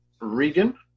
Regan